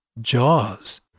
Jaws